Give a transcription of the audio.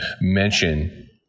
mention